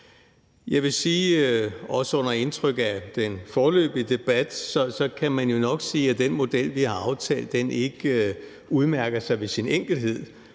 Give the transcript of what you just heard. Jeg vil sige, også under indtryk af den foreløbige debat, at man jo nok kan sige, at den model, vi har aftalt, ikke udmærker sig ved sin enkelhed.